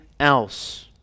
Else